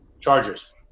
Chargers